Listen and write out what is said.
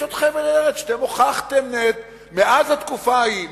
יש עוד חבל ארץ שאתם הוכחתם מאז התקופה ההיא,